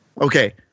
okay